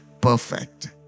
perfect